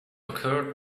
occurred